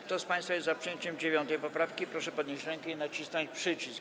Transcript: Kto z państwa jest za przyjęciem 9. poprawki, proszę podnieść rękę i nacisnąć przycisk.